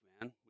man